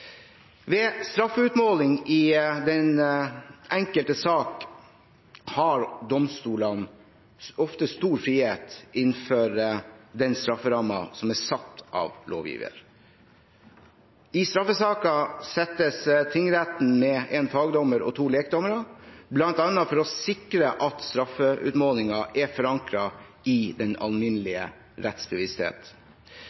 Ved straffeutmåling i den enkelte sak har domstolene ofte stor frihet innenfor den strafferammen som er satt av lovgiver. I straffesaker settes tingretten med én fagdommer og to lekdommere, bl.a. for å sikre at straffeutmålingen er forankret i den